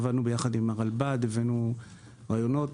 עבדנו יחד עם הרלב"ד והבאנו רעיונות.